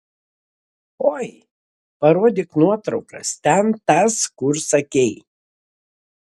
oi parodyk nuotraukas ten tas kur sakei